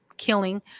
killing